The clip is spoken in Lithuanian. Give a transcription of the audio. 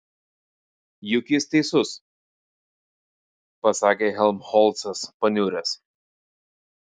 juk jis teisus pasakė helmholcas paniuręs